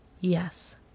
Yes